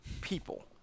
people